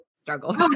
struggle